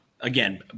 again